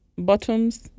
Bottoms